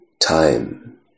Time